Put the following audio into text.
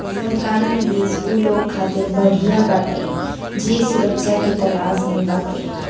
सरकारी निवेश उ लोग खातिर बढ़िया बाटे जे सुरक्षा के तलाश में बाटे